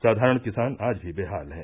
साधारण किसान आज भी बेहाल है